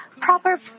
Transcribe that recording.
proper